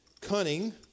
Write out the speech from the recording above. cunning